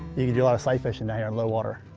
you can do a lot of sight fishing down here in low water.